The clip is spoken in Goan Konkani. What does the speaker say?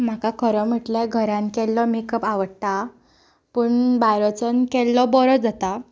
म्हाका खरो म्हटल्यार घरांत केल्लो मेकअप आवडटा पूण भायर वचोन केल्लो बरो जाता